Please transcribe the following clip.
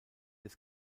des